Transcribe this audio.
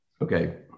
okay